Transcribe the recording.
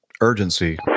urgency –